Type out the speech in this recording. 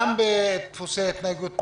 גם דפוסי התנהגות בעבודה,